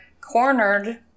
cornered